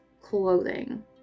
clothing